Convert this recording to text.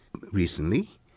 recently